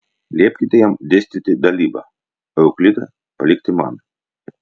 liepkite jam dėstyti dalybą o euklidą palikti man